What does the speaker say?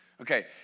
Okay